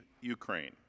Ukraine